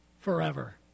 forever